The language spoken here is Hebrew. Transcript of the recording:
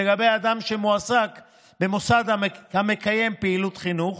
לגבי אדם שמועסק במוסד המקיים פעילות חינוך,